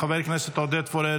חבר הכנסת עודד פורר,